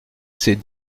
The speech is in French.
c’est